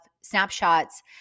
snapshots